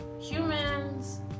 Humans